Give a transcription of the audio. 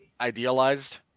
idealized